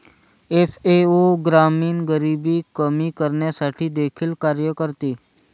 FAO ग्रामीण गरिबी कमी करण्यासाठी देखील कार्य करते